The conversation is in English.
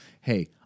hey